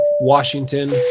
Washington